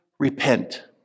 repent